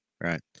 Right